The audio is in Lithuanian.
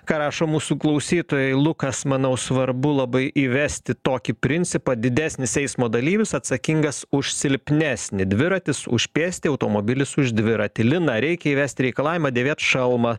ką rašo mūsų klausytojai lukas manau svarbu labai įvesti tokį principą didesnis eismo dalyvis atsakingas už silpnesnį dviratis už pėstį automobilis už dviratį lina reikia įvesti reikalavimą dėvėt šalmą